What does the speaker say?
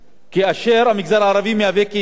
זה אחוז מאוד גבוה.